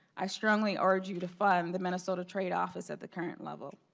i strongly urge you to find the minnesota trade offices at the current level.